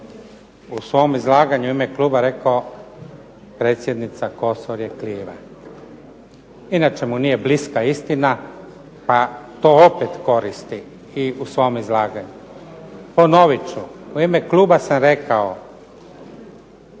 da sam u izlaganju u ime kluba rekao predsjednica Kosor je kriva. Inače mu nije bliska istina pa to opet koristi i u svom izlaganju. Ponovit ću u ime kluba sam rekao